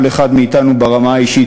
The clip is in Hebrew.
כל אחד מאתנו ברמה האישית,